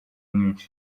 mwinshi